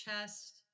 chest